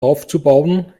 aufzubauen